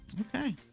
Okay